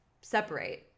separate